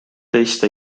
teiste